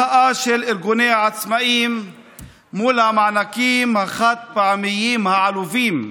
מחאה של ארגוני העצמאים על המענקים החד-פעמיים העלובים.